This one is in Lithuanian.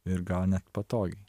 ir gal net patogiai